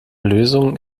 lösung